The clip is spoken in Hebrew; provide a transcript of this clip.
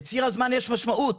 לציר הזמן יש משמעות.